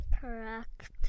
Correct